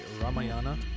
Ramayana